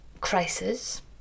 crisis